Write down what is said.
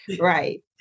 Right